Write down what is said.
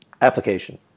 application